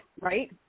right